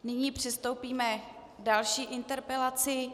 Nyní přistoupíme k další interpelaci.